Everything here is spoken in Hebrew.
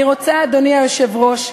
אני רוצה, אדוני היושב-ראש,